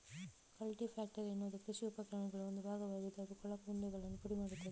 culti packer ಎನ್ನುವುದು ಕೃಷಿ ಉಪಕರಣಗಳ ಒಂದು ಭಾಗವಾಗಿದ್ದು ಅದು ಕೊಳಕು ಉಂಡೆಗಳನ್ನು ಪುಡಿ ಮಾಡುತ್ತದೆ